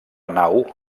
nau